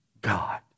God